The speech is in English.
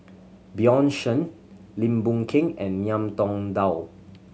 Bjorn Shen Lim Boon Keng and Ngiam Tong Dow